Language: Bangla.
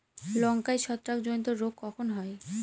লঙ্কায় ছত্রাক জনিত রোগ কখন হয়?